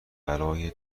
برای